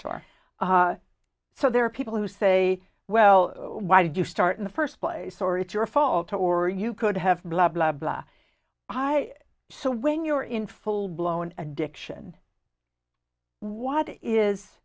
or so there are people who say well why did you start in the first place or it's your fault or you could have blah blah blah i so when you're in full blown addiction what is